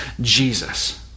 Jesus